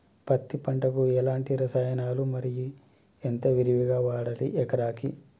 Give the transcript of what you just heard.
పత్తి పంటకు ఎలాంటి రసాయనాలు మరి ఎంత విరివిగా వాడాలి ఎకరాకి?